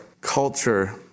culture